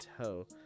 tell